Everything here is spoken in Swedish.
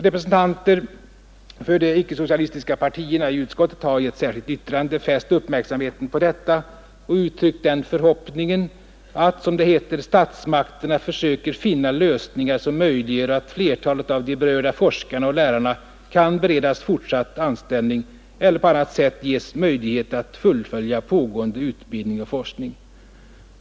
Representanter för de icke-socialistiska partierna i utskottet har i ett särskilt yttrande fäst uppmärksamheten på detta och uttryckt den förhoppningen att, som det heter, ”statsmakterna försöker finna lösningar som möjliggör att flertalet av de berörda forskarna och lärarna kan beredas fortsatt anställning eller på annat sätt ges möjligheter att fullfölja pågående utbildning och forskning”.